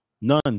none